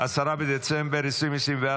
10 בדצמבר 2024,